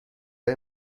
های